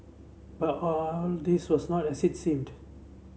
but all this was not as seemed